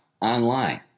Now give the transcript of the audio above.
online